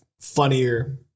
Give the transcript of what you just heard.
funnier